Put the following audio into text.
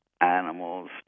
animals